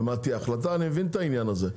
ומה תהיה ההחלטה אני מבין את העניין הזה,